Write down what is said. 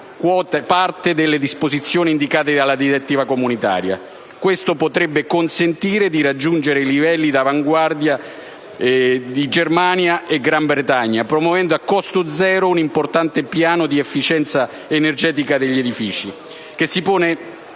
parte delle disposizioni indicate dalla direttiva comunitaria: cio potrebbe consentire di raggiungere i livelli di avanguardia di Germania e Gran Bretagna, promuovendo a costo zero un importante piano di efficienza energetica degli edifici che si pone